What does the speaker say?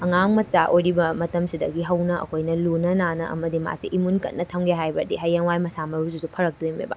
ꯑꯉꯥꯡ ꯃꯆꯥ ꯑꯣꯏꯔꯤꯕ ꯃꯇꯝꯁꯤꯗꯒꯤ ꯍꯧꯅ ꯑꯩꯈꯣꯏꯅ ꯂꯨꯅ ꯅꯥꯟꯅ ꯑꯃꯗꯤ ꯃꯥꯁꯤ ꯏꯃꯨꯟ ꯀꯟꯅ ꯊꯝꯒꯦ ꯍꯥꯏꯔꯒꯗꯤ ꯍꯌꯦꯡꯋꯥꯏ ꯃꯁꯥ ꯃꯎꯗꯨꯁꯨ ꯐꯔꯛꯇꯣꯏꯅꯦꯕ